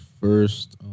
first